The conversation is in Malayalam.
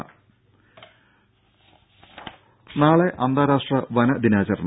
ദേദ നാളെ അന്താരാഷ്ട്ര വന ദിനാചരണം